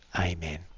Amen